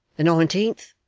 the nineteenth